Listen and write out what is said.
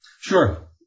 Sure